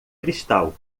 cristal